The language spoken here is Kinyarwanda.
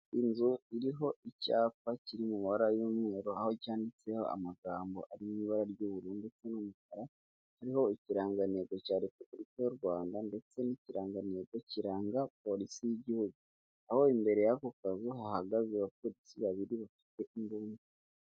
Inzu iriho icyapa kiri mu mabara y'umweru, aho cyanditseho amagambo ari mu ibara ry'ubururu ndetse n'umukara. Iriho ikirangantego cya Repubulika y'u Rwanda ndetse n'ikirangantego kiranga polisi y'igihugu, aho imbere y'ako kazu hahagaze abapolisi babiri bafite imbunda.